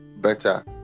better